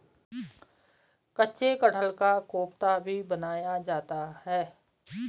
कच्चे कटहल का कोफ्ता भी बनाया जाता है